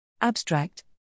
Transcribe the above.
Abstract